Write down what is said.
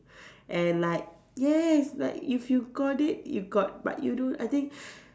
and like yes like if you got it you got but you don't I think